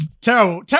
terrible